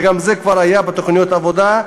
וגם זה כבר היה בתוכניות העבודה.